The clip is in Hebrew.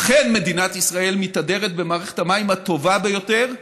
שאכן מדינת ישראל מתהדרת במערכת המים הטובה ביותר,